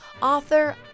author